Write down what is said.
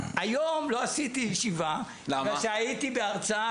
היום לא עשיתי ישיבה בגלל שהייתי בהרצאה